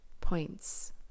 points